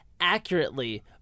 accurately